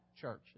church